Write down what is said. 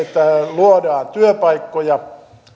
luodaan työpaikkoja